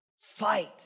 Fight